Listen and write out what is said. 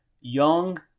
young